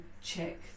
check